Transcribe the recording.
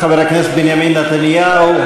חבר הכנסת בנימין נתניהו.